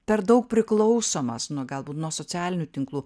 per daug priklausomas nuo galbūt nuo socialinių tinklų